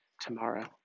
tomorrow